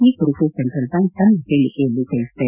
ಈ ಕುರಿತು central bank ತನ್ನ ಹೇಳಿಕೆಯಲ್ಲಿ ತಿಳಿಸಿದೆ